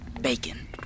Bacon